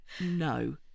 no